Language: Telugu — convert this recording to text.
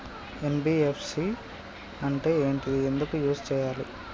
ఎన్.బి.ఎఫ్.సి అంటే ఏంటిది ఎందుకు యూజ్ చేయాలి?